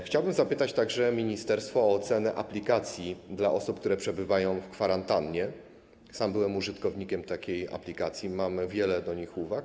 Chciałbym zapytać także ministerstwo o ocenę aplikacji dla osób, które przebywają na kwarantannie - sam byłem użytkownikiem takiej aplikacji, mam wiele do niej uwag.